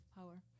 power